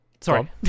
Sorry